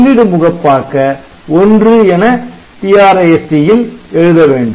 உள்ளிடு முகப்பாக்க '1' என TRISC ல் எழுத வேண்டும்